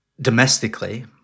Domestically